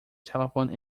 telephone